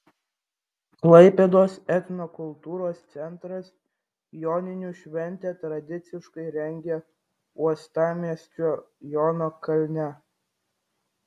klaipėdos etnokultūros centras joninių šventę tradiciškai rengia uostamiesčio jono kalne